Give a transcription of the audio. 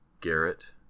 Garrett